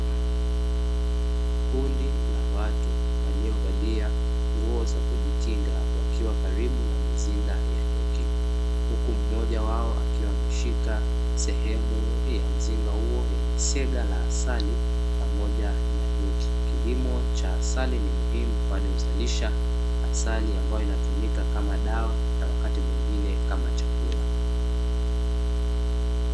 Kundi la watu waliovalia nguo za kujikinga wakiwa karibu na mizinga ya nyuki huku mmoja wao akiwa ameshika sehemu ya mzinga huo yenye sega la asali pamoja na nyuki. Kilimo cha asali ni muhimu kwani huzalisha asali inayotumika kama dawa na wakati mwingine kama chakula.